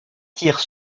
tire